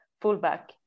fullback